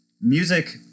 music